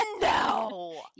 No